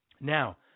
Now